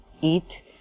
eat